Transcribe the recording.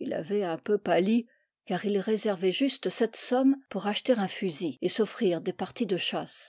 ii avait un peu pâli car il réservait juste cette somme pour acheter un fusil et s'offrir des parties de chasse